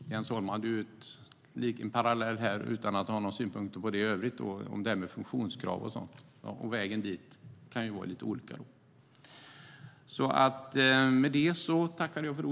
Jens Holm hade ett exempel tidigare, utan att i övrigt ha några synpunkter på det, som gällde funktionskraven och att vägen dit kan se lite olika ut.